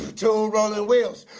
two rolling wheels